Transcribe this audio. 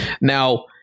Now